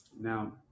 Now